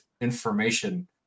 information